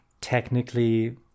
technically